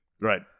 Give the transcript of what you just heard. Right